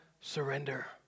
surrender